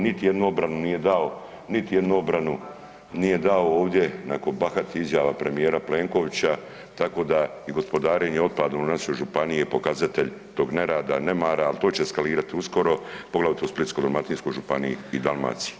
Niti jednu obranu nije dao, niti jednu obranu nije dao ovdje onako bahatih izjava premijera Plenkovića tako da i gospodarenje otpadom u našoj županiji je pokazatelj tog nerada, nemara, ali to će eskalirati uskoro poglavito u Splitsko-dalmatinskoj županiji i Dalmaciji.